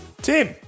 Tim